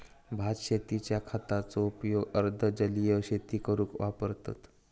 भात शेतींच्या खताचो उपयोग अर्ध जलीय शेती करूक वापरतत